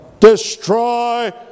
Destroy